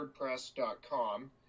wordpress.com